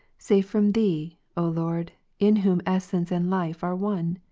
save from thee, o lord, in whom essence and life are one?